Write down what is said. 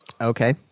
Okay